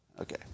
Okay